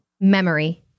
Memory